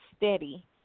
steady